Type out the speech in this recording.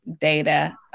data